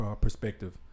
perspective